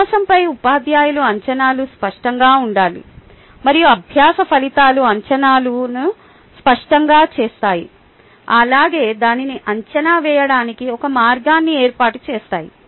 అభ్యాసంపై ఉపాధ్యాయుల అంచనాలు స్పష్టంగా ఉండాలి మరియు అభ్యాస ఫలితాలు అంచనాలను స్పష్టంగా చేస్తాయి అలాగే దానిని అంచనా వేయడానికి ఒక మార్గాన్ని ఏర్పాటు చేస్తాయి